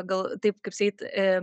gal taip kaip sakyt